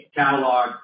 catalog